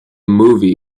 movie